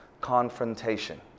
confrontation